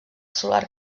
solar